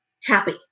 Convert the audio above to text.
happy